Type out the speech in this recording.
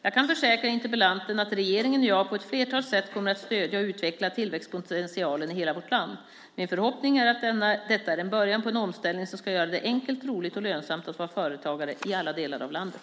Jag kan försäkra interpellanten att regeringen och jag på ett flertal sätt kommer att stödja och utveckla tillväxtpotentialen i hela vårt land. Min förhoppning är att detta är en början på en omställning som ska göra det enkelt, roligt och lönsamt att vara företagare i alla delar av landet.